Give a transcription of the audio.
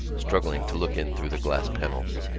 struggling to look in through the glass panels.